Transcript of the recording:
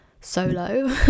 solo